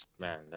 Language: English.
Man